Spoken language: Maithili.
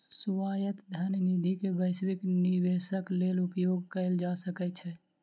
स्वायत्त धन निधि के वैश्विक निवेशक लेल उपयोग कयल जा सकै छै